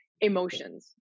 emotions